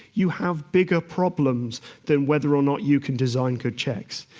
you have bigger problems than whether or not you can design good checks.